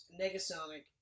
Negasonic